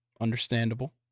Understandable